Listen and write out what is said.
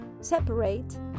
separate